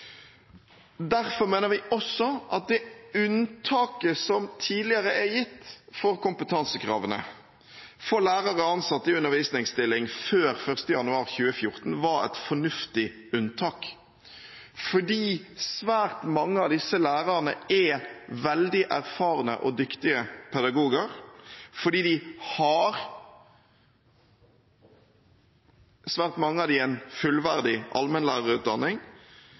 Derfor mener vi også at det unntaket som tidligere er gitt når det gjelder kompetansekravene for lærere og ansatte i undervisningsstilling før 1. januar 2014, var et fornuftig unntak, fordi svært mange av disse lærerne er veldig erfarne og dyktige pedagoger, fordi svært mange av dem har en fullverdig allmennlærerutdanning,